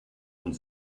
und